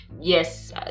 Yes